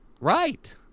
Right